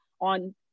on